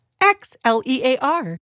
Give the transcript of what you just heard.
X-L-E-A-R